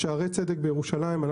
בשערי צדק בירושלים,